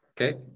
okay